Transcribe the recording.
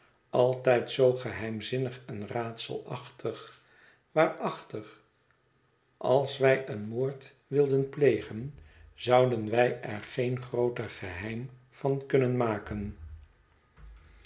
altijd zoo geheimzinnig en raadselachtig waarachtig als wij een moord wilden plegen zouden wij er geen grooter geheim van kunnen maken